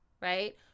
right